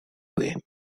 way